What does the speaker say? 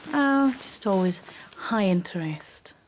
just always high interest.